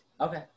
Okay